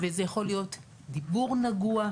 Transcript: זה יכול להיות דיבור נגוע,